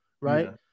right